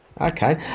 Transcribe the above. okay